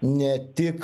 ne tik